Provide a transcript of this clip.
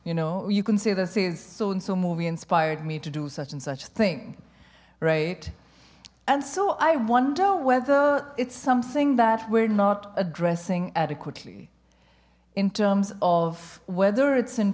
you know you can say that says so and so movie inspired me to do such and such thing right and so i wonder whether it's something that we're not addressing adequately in terms of whether it's in